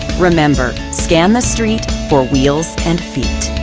remember scan the street for wheels and feet.